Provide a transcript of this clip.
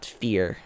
fear